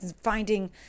finding